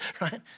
right